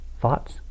thoughts